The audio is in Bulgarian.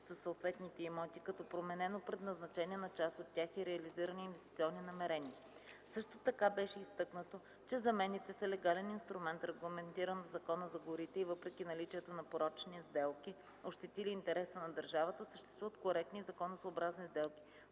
със съответните имоти, като променено предназначение на част от тях и реализирани инвестиционни намерения. Също така беше изтъкнато, че замените са легален инструмент, регламентиран в Закона за горите, и въпреки наличието на порочни сделки, ощетили интереса на държавата, съществуват коректни и законосъобразни сделки,